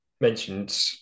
mentioned